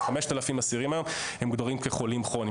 5000 אסירים מוגדרים היום כחולים כרוניים.